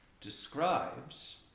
describes